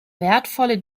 wertvolle